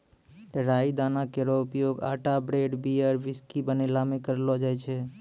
राई दाना केरो उपयोग आटा ब्रेड, बियर, व्हिस्की बनैला म करलो जाय छै